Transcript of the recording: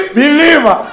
believer